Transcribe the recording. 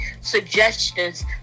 suggestions